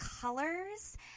colors